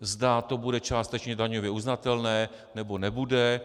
Zda to bude částečně daňově uznatelné, nebo nebude.